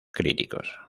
críticos